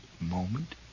moment